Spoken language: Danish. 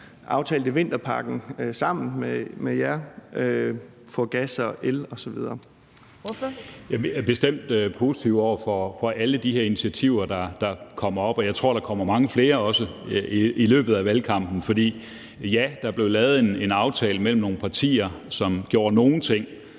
Torp): Ordføreren. Kl. 15:43 Peter Skaarup (DD): Vi er bestemt positive over for alle de her initiativer, der kommer op, og jeg tror også, der kommer mange flere i løbet af valgkampen. For ja, der er blevet lavet en aftale mellem nogle partier, som gjorde nogle ting,